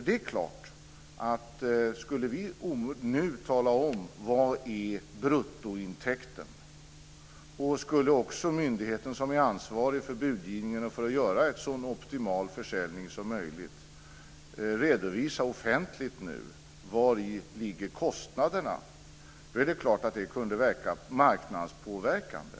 Det är klart att skulle vi nu omedelbart tala om vad bruttointäkten är, och skulle också myndigheten som är ansvarig för budgivningen och för att göra en så optimal försäljning som möjligt nu redovisa offentligt vari kostnaden ligger, kunde det verka marknadspåverkande.